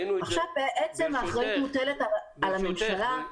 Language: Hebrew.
עכשיו האחריות מוטלת על הממשלה.